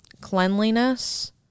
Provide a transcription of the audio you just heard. cleanliness